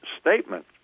statement